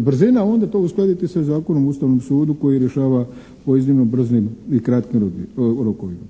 brzina onda to uskladiti sa Zakonom o ustavnom sudu koji rješava u iznimno brzim i kratkim rokovima.